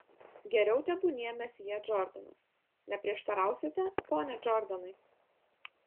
geriau tebūnie mesjė džordanas neprieštarausite pone džordanai